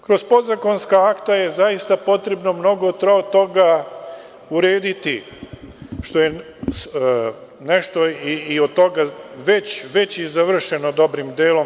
Kroz podzakonska akta je zaista potrebno mnogo toga urediti, a nešto od toga je već i završeno dobrim delom.